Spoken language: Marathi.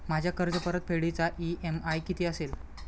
माझ्या कर्जपरतफेडीचा इ.एम.आय किती असेल?